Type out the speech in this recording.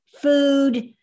food